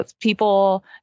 people